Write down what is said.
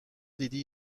دیدی